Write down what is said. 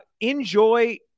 enjoy